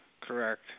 Correct